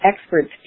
experts